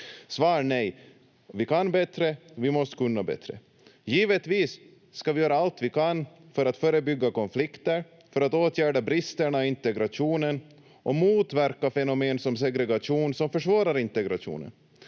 Svar: Nej. Vi kan bättre, vi måste kunna bättre. Givetvis ska vi göra allt vi kan för att förebygga konflikter, för att åtgärda bristerna i integrationen och motverka fenomen som segregation, som försvårar integrationen.